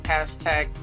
Hashtag